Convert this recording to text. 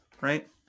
right